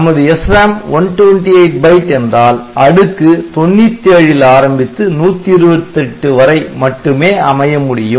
நமது SRAM 128 byte என்றால் அடுக்கு 97 ல் ஆரம்பித்து 128 வரை மட்டுமே அமைய முடியும்